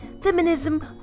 feminism